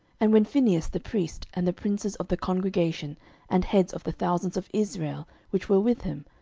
and when phinehas the priest, and the princes of the congregation and heads of the thousands of israel which were with him,